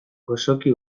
gozoki